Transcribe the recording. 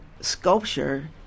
sculpture